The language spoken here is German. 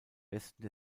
westen